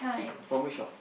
from which shop